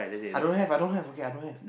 I don't have I don't have okay I don't have